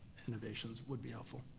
innovations would be helpful.